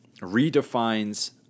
redefines